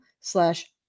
slash